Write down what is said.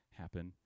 happen